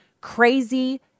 crazy